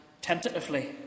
tentatively